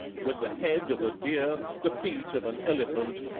with the head of a deer, the feet of an elephant,